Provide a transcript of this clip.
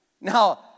now